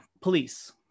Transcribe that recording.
police